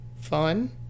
Fun